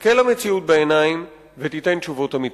שתסתכל למציאות בעיניים ותיתן תשובות אמיתיות.